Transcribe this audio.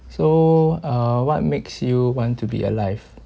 so uh what makes you want to be alive